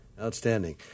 outstanding